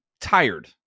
tired